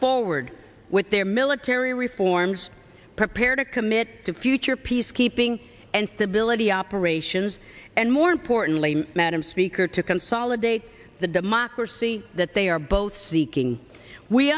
forward with their military reforms prepared to commit to future peacekeeping and stability operations and more importantly madam speaker to consolidate the democracy that they are both seeking we